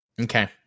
Okay